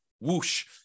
Whoosh